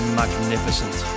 magnificent